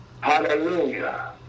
Hallelujah